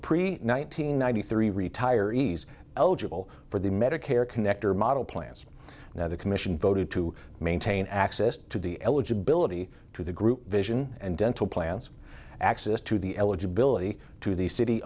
hundred three retirees eligible for the medicare connector model plans now the commission voted to maintain access to the eligibility to the group vision and dental plans access to the eligibility to the city